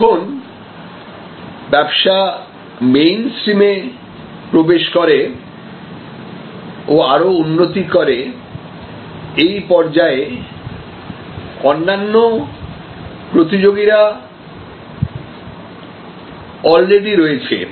যখন ব্যবসা মেইনস্ট্রিমে প্রবেশ করে ও আরো উন্নতি করে এই পর্যায়ে অন্যান্য প্রতিযোগিরা অলরেডি রয়েছে